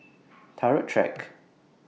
Turut Track